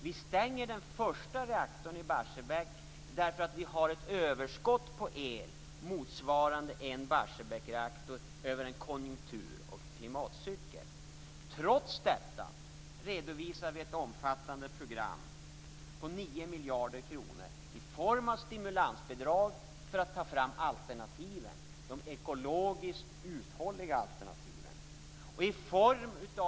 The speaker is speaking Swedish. Vi stänger den första reaktorn i Barsebäck därför att vi har ett överskott på el motsvarande en Barsebäcksreaktor över en konjunktur och klimatcykel. Trots detta redovisar vi ett omfattande program på 9 miljarder kronor i form av stimulansbidrag för att ta fram de ekologiskt uthålliga alternativen.